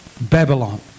Babylon